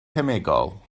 cemegol